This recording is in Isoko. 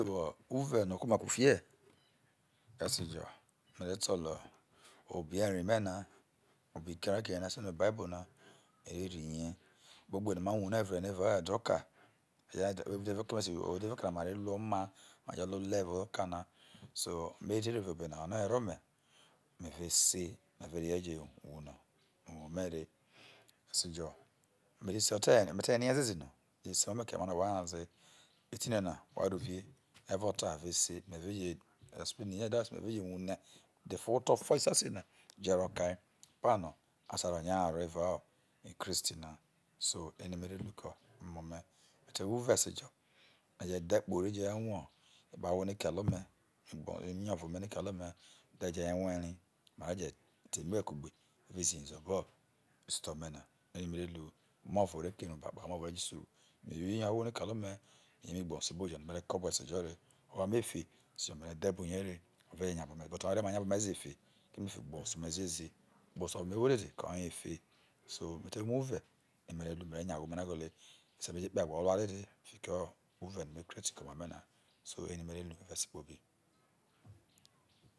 Me te wo ure no okuoma ku fie esejo me̱ ra to bo obe eri me na, obe ikeru a kere no ase no ebabol ne me re ri ye epao egbe no ma wune vre no evao edoka eye keme esi buo uderie oka na una re imo oma ma re le ole evao okana ma te rorie obe noi ono owere ome me re sei me re je re ye je wane oma me re, eseju me se me ta rie ziezi no me je se emo me keria me no wa nyaze e ti nena waro rie ere o ta a re sei me re je explain ni ye that is me re je wure to oto fa isase na ro tai ekpano asa ro nya haro evao̱ ikristi na so eri me re lu ke emo me̱ me te wo ure ese jo me re je dhe kpo ore, me re wuo ekpa awho no ekele ome kugbo inero me ne kele ome me re je nye rue ri ma je ta eme ewe kugbe me re je zuye ze obo isito me na eri me re lu omo ro re ke re bo kpo omoro re jo usu hu, me wo ahwo no ekele ome, me who igbensu jo no me re ko bru esejo re omo efe esejo mere dhe bru ye re, but oye re ma nya bru ome ze efe keme efe ugbensu me ziezi ugbensu oro no me wo ye. So me te wo ure me re nya ahwo me na ghelie, me re kpo egua olua dede fikio ure no me create ke oma me na, eri mere lu.